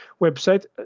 website